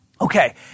Okay